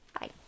Bye